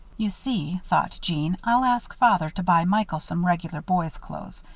you see, thought jeanne, i'll ask father to buy michael some regular boys' clothes.